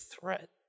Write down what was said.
threat